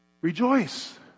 Rejoice